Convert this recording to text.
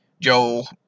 Joel